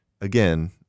Again